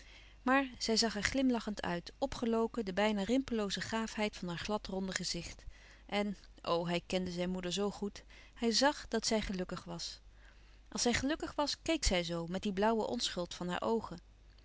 maar zij zag er glimlachend uit opgeloken de bijna rimpellooze gaafheid van haar gladronde gezicht en o hij kende zijn moeder zoo goed hij zag dat zij gelukkig was als zij gelukkig was keek zij zoo met die blauwe onschuld van haar oogen